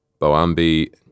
Boambi